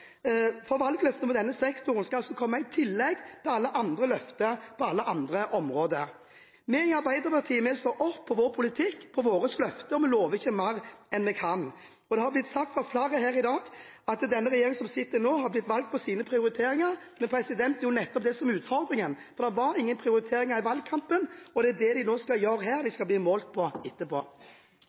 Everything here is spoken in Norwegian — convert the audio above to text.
for valgløftene innen denne sektoren kommer altså i tillegg til alle andre løfter på alle andre områder. Vi i Arbeiderpartiet står for vår politikk, for våre løfter. Vi lover ikke mer enn vi kan. Det har blitt sagt av flere her i dag at den regjeringen som sitter nå, har blitt valgt på grunn av sine prioriteringer, men det er nettopp det som er utfordringen, for det var ingen prioriteringer i valgkampen. Det er det de nå skal gjøre her, som de skal bli målt på etterpå.